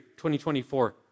2024